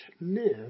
live